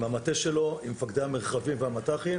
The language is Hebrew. עם המטה שלו ועם מפקדי המרחבים והמט"חים